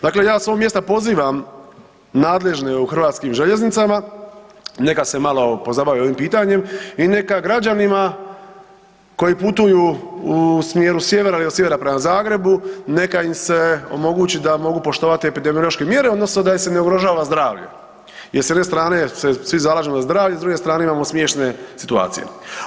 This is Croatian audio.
Dakle, ja sa ovog mjesta pozivam nadležne u HŽ-u neka se malo pozabave ovim pitanjem i neka građanima koji putuju u smjeru sjevera i od sjevera prema Zagrebu neka im se omogući da mogu poštovati epidemiološke mjere odnosno da im se ne ugrožava zdravlje jer s jedne strane se svi zalažemo za zdravlje, a s druge strane imamo smiješne situacije.